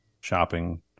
shopping